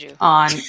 on